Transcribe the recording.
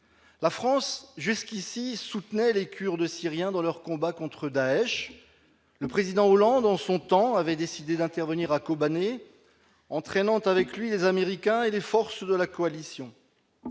La France, jusqu'à présent, soutenait les Kurdes syriens dans leur combat contre Daech. Le président Hollande, en son temps, avait décidé d'intervenir à Kobané, entraînant avec lui les Américains et les forces de la coalition.